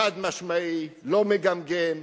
חד-משמעי, לא מגמגם,